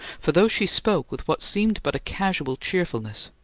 for though she spoke with what seemed but a casual cheerfulness,